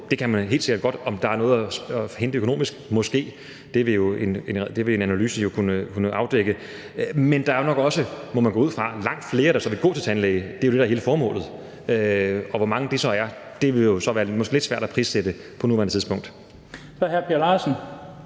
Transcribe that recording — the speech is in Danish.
Det kan man helt sikkert godt. Er der noget at hente økonomisk? Måske, og det vil en analyse jo kunne afdække. Men der er jo, må man gå ud fra, nok også langt flere, der så vil gå til tandlæge – der er jo det, der er hele formålet – og hvor mange det så er, vil det jo måske være lidt svært at prissætte på nuværende tidspunkt. Kl. 18:04 Den